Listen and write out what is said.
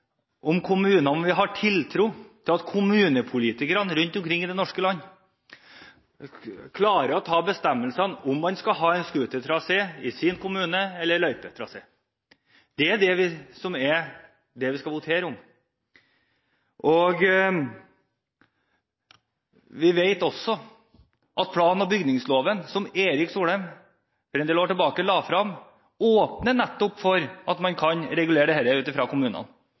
om. Den handler om hvorvidt vi har tiltro til at kommunepolitikerne rundt omkring i det ganske land klarer å ta bestemmelsen om man skal ha en scootertrasé i sin kommune eller løypetrasé. Det er det vi skal votere over. Vi vet også at plan- og bygningsloven, som Erik Solheim for en del år tilbake la frem, åpner nettopp for at man kan regulere dette i kommunene. Da trenger man bare å gjøre én liten endring, og det